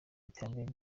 iterambere